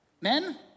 men